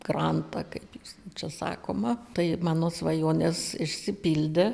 grantą kaip jūs čia sakoma tai mano svajonės išsipildė